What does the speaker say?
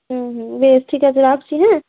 হুম হুম বেশ ঠিক আছে রাখছি হ্যাঁ